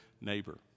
neighbor